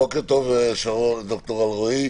בוקר טוב, ד"ר שרון אלרעי.